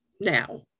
now